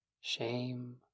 shame